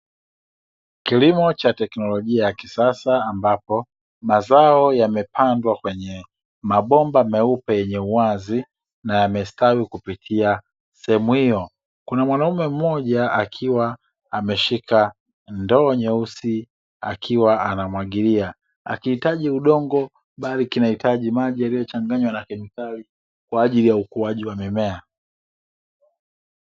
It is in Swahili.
Kilimo cha teknolojia ya kisasa ambapo, mazao yamepandwa kwenye mabomba meupe yenye uwazi na yamestawi kupitia sehemu hiyo. Kuna mwanaume mmoja akiwa ameshika ndoo nyeusi akiwa anamwagilia, akihitaji udongo bali kinahitaji maji yaliyochanganywa na kemikali kwa ajili ya ukuaji wa mimea.